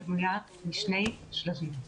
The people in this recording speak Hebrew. משני שלבים,